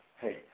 Hey